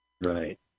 Right